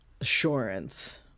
assurance